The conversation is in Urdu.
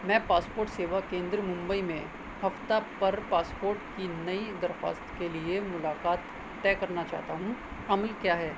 میں پاسپوٹ سیوا کیندر ممبئی میں ہفتہ پر پاسپوٹ کی نئی درخواست کے لیے ملاکات طے کرنا چاہتا ہوں عمل کیا ہے